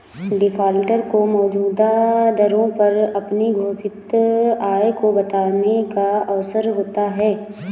defaulter को मौजूदा दरों पर अपनी अघोषित आय को बताने का अवसर होता है